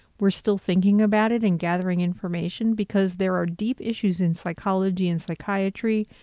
we're still thinking about it and gathering information because there are deep issues in psychology and psychiatry,